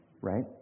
Right